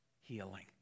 healing